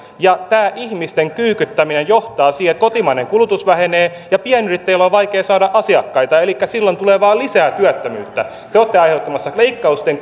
ja tämä ihmisten kyykyttäminen johtaa siihen että kotimainen kulutus vähenee ja pienyrittäjien on vaikeaa saada asiakkaita elikkä silloin tulee vain lisää työttömyyttä te olette aiheuttamassa leikkausten